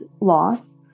loss